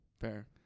Fair